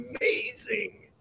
amazing